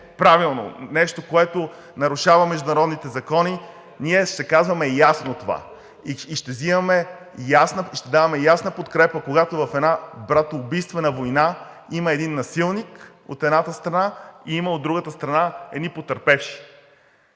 правилно, нещо, което нарушава международните закони, ние ще казваме ясно това и ще даваме ясна подкрепа, когато в една братоубийствена война има един насилник от едната страна и има от другата страна едни потърпевши.